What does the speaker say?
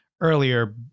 earlier